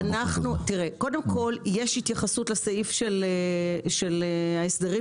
כי סעיף שלם